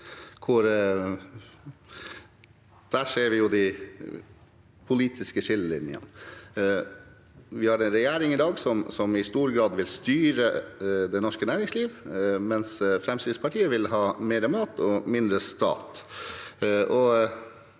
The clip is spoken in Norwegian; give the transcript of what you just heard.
Der ser vi de politiske skillelinjene. Vi har en regjering i dag som i stor grad vil styre det norske næringslivet, mens Fremskrittspartiet vil ha mer mat og mindre stat.